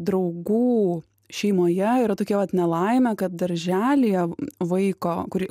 draugų šeimoje yra tokia vat nelaimė kad darželyje vaiko kurį